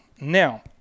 Now